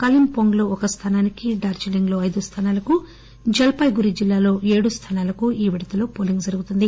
కాలిం pong లో ఒక స్థానానికి డార్జిలింగ్ లో ఐదు స్థానాలకు జల్పాయిగురి జిల్లాలో ఏడు స్థానాలకు ఈ విడతలో పోలింగ్ జరుగుతుంది